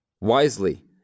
Wisely